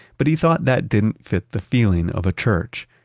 but he thought that didn't fit the feeling of a church.